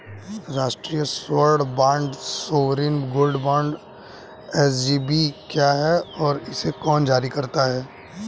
राष्ट्रिक स्वर्ण bond sovereign gold bond SGB क्या है और इसे कौन जारी करता है?